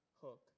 hook